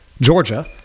Georgia